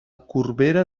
corbera